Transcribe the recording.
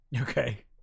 Okay